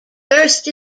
burst